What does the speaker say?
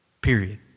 Period